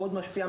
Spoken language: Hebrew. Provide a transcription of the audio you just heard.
מאוד משפיע,